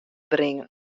bringen